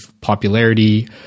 popularity